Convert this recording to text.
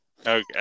okay